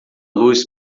luz